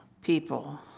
people